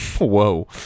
whoa